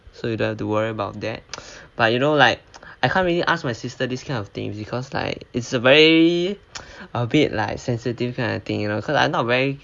so you don't have to worry about that but you know like I can't really ask my sister this kind of things because like it's a very a bit like sensitive kind of thing you know cause like I'm not very